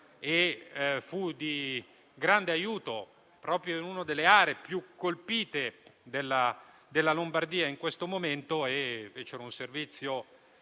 fu di grande aiuto, proprio in una delle aree più colpite della Lombardia, in quel momento, svolgendo un servizio